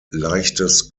leichtes